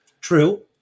True